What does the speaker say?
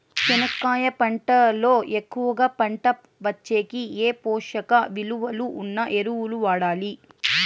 చెనక్కాయ పంట లో ఎక్కువగా పంట వచ్చేకి ఏ పోషక విలువలు ఉన్న ఎరువులు వాడాలి?